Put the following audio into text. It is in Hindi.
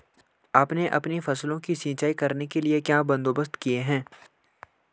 आपने अपनी फसलों की सिंचाई करने के लिए क्या बंदोबस्त किए है